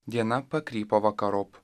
diena pakrypo vakarop